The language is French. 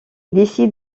décide